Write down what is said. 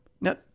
Now